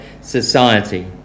society